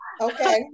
Okay